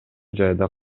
жайда